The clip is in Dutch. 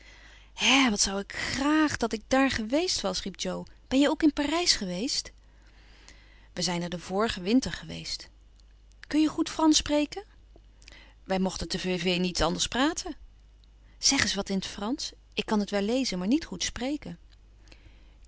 hè wat wou ik graag dat ik daar geweest was riep jo ben je ook in parijs geweest we zijn er den vorigen winter geweest kun je goed fransch spreken wij mochten te vevey niet anders praten zeg eens wat in t fransch ik kan het wel lezen maar niet goed spreken